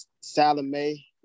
Salome